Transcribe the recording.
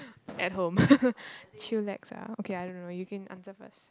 at home chillax ah okay I don't know you can answer first